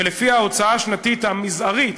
ולפיה ההוצאה השנתית המזערית,